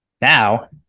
Now